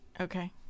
okay